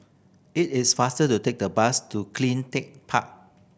it is faster to take the bus to Cleantech Park